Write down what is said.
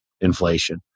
inflation